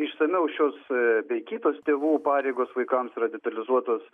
išsamiau šios bei kitos tėvų pareigos vaikams yra detalizuotos